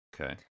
Okay